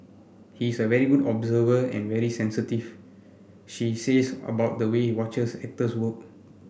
he is a very good observer and very sensitive she says about the way watches actors work